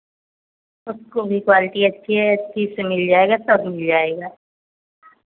उसको भी क्वालिटी अच्छी है अच्छी से मिल जाएगा सब मिल जाएगा